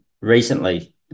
recently